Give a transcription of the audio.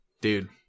Dude